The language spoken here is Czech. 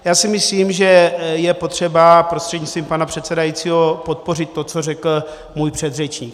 Já si myslím, že je potřeba prostřednictvím pana předsedajícího podpořit to, co řekl můj předřečník.